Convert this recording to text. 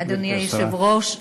אדוני היושב-ראש,